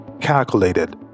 calculated